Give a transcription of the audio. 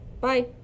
Bye